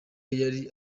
yari